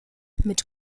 mit